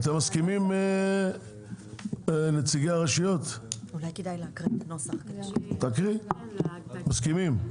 נציגי הרשויות, אתם מסכימים?